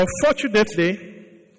Unfortunately